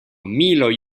miloj